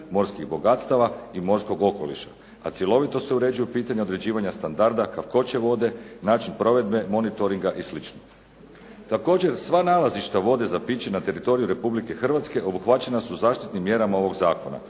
morskih bogatstava i morskog okoliša. A cjelovito se uređuju pitanja određivanja standarda, kakvoće vode, način provedbe monitoringa i slično. Također sva nalazišta vode za piće na teritoriju Republike Hrvatske obuhvaćena su zaštitnim mjerama ovog zakona